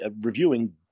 reviewing